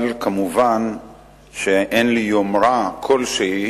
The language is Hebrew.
אבל כמובן אין לי יומרה כלשהי